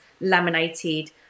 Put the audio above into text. laminated